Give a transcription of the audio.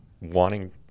wanting